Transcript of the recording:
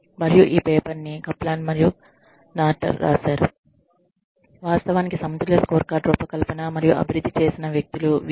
మరియు ఈ పేపర్ ని కప్లాన్ మరియు నార్టన్ రాశారు వాస్తవానికి సమతుల్య స్కోర్కార్డ్ రూపకల్పన మరియు అభివృద్ధి చేసిన వ్యక్తులు వీరే